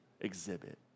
exhibit